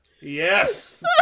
Yes